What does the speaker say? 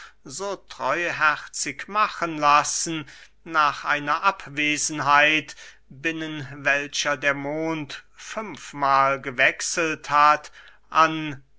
so treuherzig machen lassen nach einer abwesenheit binnen welcher der mond fünfmahl gewechselt hat an